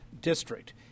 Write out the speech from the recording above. district